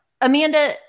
Amanda